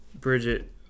Bridget